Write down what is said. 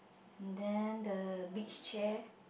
and then the beach chair